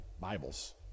Bibles